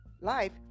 life